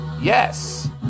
Yes